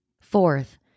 Fourth